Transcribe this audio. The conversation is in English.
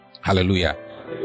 hallelujah